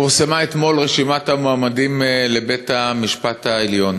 פורסמה אתמול רשימת המועמדים לבית-המשפט העליון.